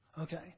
Okay